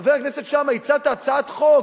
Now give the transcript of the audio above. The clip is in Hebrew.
חבר הכנסת שאמה, הצעת הצעת חוק